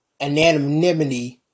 anonymity